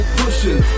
pushing